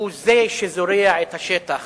הוא זה שזורע את השטח